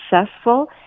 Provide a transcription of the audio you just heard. successful